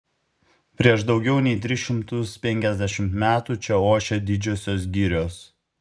prieš daugiau nei tris šimtus penkiasdešimt metų čia ošė didžiosios girios